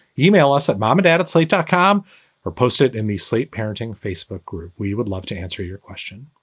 email us at mom and dad at slate dot com or post it in the slate parenting facebook group. we would love to answer your question.